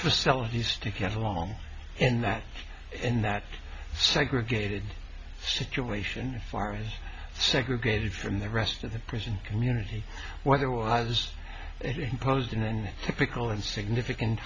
facilities to get along in that in that segregated situation far as segregated from the rest of the christian community whether was imposed in typical and significant